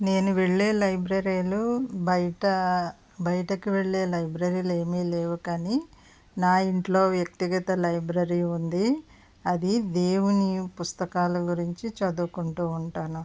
నేను వెళ్ళే లైబ్రరీలు బయట బయటకు వెళ్ళే లైబ్రరీలు ఏమీ లేవు కానీ నా ఇంట్లో వ్యక్తిగత లైబ్రరీ ఉంది అది దేవుని పుస్తకాలు గురించి చదువుకుంటూ ఉంటాను